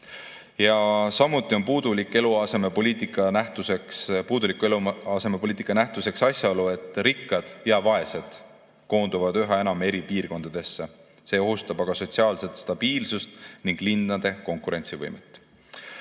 Samuti on puuduliku eluasemepoliitika nähtuseks asjaolu, et rikkad ja vaesed koonduvad üha enam eri piirkondadesse. See ohustab aga sotsiaalset stabiilsust ning linnade konkurentsivõimet.